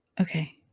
Okay